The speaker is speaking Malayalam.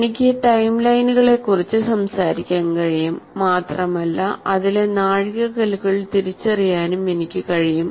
എനിക്ക് ടൈംലൈനുകളെക്കുറിച്ച് സംസാരിക്കാൻ കഴിയും മാത്രമല്ല അതിലെ നാഴികക്കല്ലുകൾ തിരിച്ചറിയാനും എനിക്ക് കഴിയും